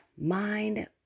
mind